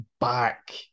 back